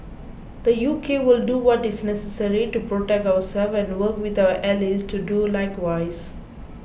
the U K will do what is necessary to protect ourselves and work with our allies to do likewise